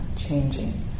changing